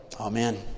Amen